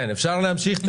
אפשר להמשיך.